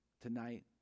tonight